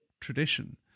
tradition